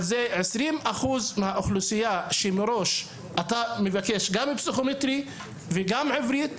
אבל זה 20% מהאוכלוסייה שמראש אתה מבקש גם פסיכומטרי וגם עברית.